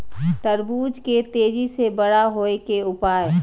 तरबूज के तेजी से बड़ा होय के उपाय?